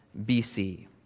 BC